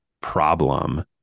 problem